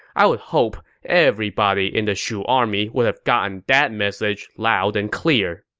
i would hope everybody in the shu army would have gotten that message loud and clear.